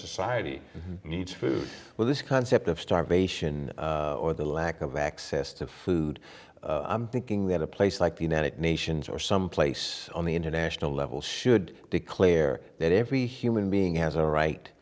society needs well this concept of starvation or the lack of access to food i'm thinking that a place like the united nations or someplace on the international level should declare that every human being has a right